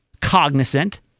cognizant